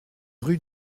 rue